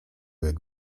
jak